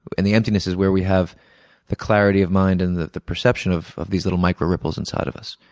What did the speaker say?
and the emptiness is where we have the clarity of mind and the the perception of of these little micro ripples inside of us.